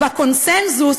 הוא בקונסנזוס,